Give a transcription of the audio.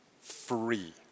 free